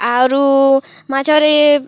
ଆରୁ ମାଛରେ